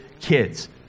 kids